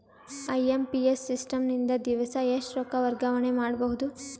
IMPS system ನಿಂದ ದಿವಸಾ ಎಷ್ಟ ರೊಕ್ಕ ವರ್ಗಾವಣೆ ಮಾಡಬಹುದು?